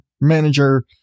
manager